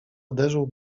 uderzył